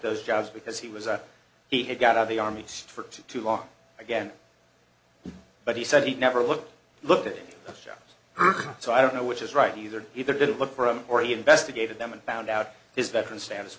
those jobs because he was a he got out of the army for too long again but he said he never looked looked at jobs so i don't know which is right either either didn't look for him or he investigated them and found out his veteran